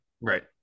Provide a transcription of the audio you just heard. Right